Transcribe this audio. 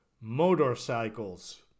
motorcycles